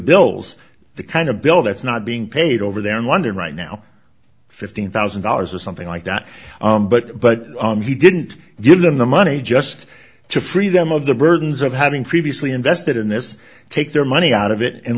bills the kind of bill that's not being paid over there in london right now fifteen thousand dollars or something like that but but he didn't give them the money just to free them of the burdens of having previously invested in this take their money out of it and